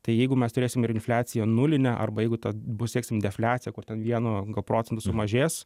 tai jeigu mes turėsim ir infliaciją nulinę arba jeigu ta bus seksim defliaciją kur ten vienu procentu sumažės